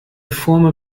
former